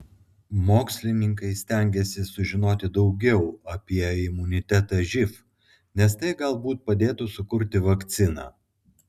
mokslininkai stengiasi sužinoti daugiau apie imunitetą živ nes tai galbūt padėtų sukurti vakciną